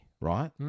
Right